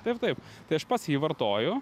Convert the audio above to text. taip taip tai aš pats jį vartoju